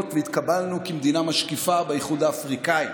והתקבלנו כמדינה משקיפה באיחוד האפריקני.